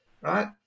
right